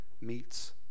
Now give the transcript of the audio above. meets